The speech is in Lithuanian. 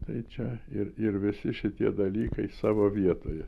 tai čia ir ir visi šitie dalykai savo vietoje